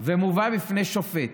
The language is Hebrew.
מובא בפני שופט,